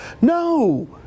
No